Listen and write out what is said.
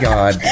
God